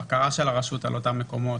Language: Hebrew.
הבקרה של הרשות על אותם מקומות?